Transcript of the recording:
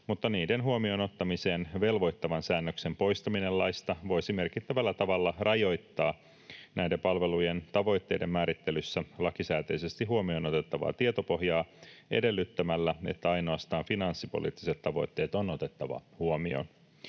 mutta niiden huomioon ottamiseen velvoittavan säännöksen poistaminen laista voisi merkittävällä tavalla rajoittaa näiden palvelujen tavoitteiden määrittelyssä lakisääteisesti huomioon otettavaa tietopohjaa edellyttämällä, että ainoastaan finanssipoliittiset tavoitteet on otettava huomioon.